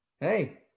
Hey